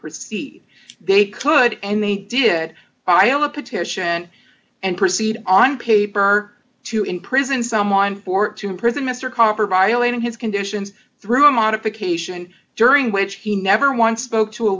proceed they could and they did i am a petition and proceed on paper to imprison someone for to prison mr kopper violating his conditions through modification during which he never once spoke to a